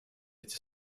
эти